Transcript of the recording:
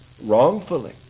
wrongfully